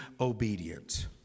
obedient